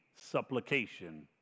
supplication